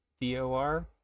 D-O-R